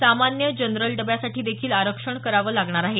सामान्य जनरल डब्यासाठीदेखील आरक्षण करावं लागणार आहे